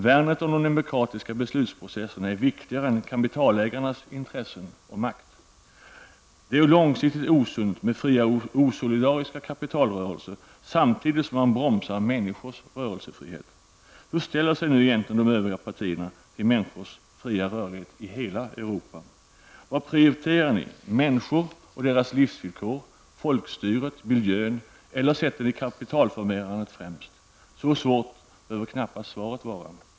Värnet om de demokratiska beslusprocesserna är viktigare än kapitalägarnas intressen och makt. Det är långsiktigt osunt med fria osolidariska kapitalrörelser samtidigt som man bromsar människors rörelsefrihet. Hur ställer sig nu egentligen de övriga partierna till människors fria rörlighet i hela Europa? Vad prioriterar ni: människor och deras livsvillkor, folkstyret, miljön? Eller sätter ni kapitalförmerandet främst? Så svårt behöver svaret knappast vara.